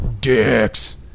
Dicks